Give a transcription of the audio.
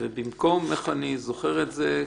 אני זוכר את זה,